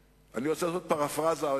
יכול להיות שמי שמפר התחייבויות חושש שמא